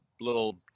little